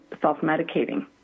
self-medicating